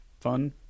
fun